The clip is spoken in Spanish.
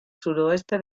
suroeste